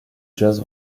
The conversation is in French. jazz